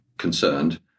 concerned